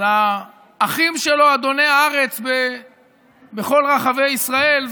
אז האחים שלו אדוני הארץ בכל רחבי ישראל,